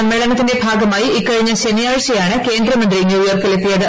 സമ്മേളനത്തിന്റെ ഭാഗമായി ഇക്കഴിഞ്ഞ ശനിയാഴ്ചയാണ് കേന്ദ്രമന്ത്രി ന്യൂയോർക്കിലെത്തിയത്